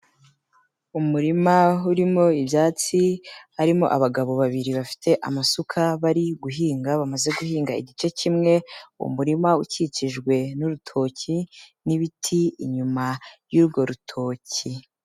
Umurima urimo ibyatsi, harimo abagabo babiri bafite amasuka bari guhinga bamaze guhinga igice kimwe, uwo murima ukikijwe n'urutoki n'ibiti inyuma y'urwo rutoki.